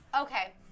Okay